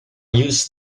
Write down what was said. use